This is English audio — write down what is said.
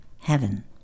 heaven